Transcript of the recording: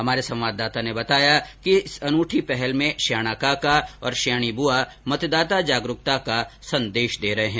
हमारे संवाददाता ने बताया कि इस अनूठी पहल में श्याणा काका और श्याणी बुआ मतदाता जागरुकता का संदेश दे रहे हैं